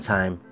Time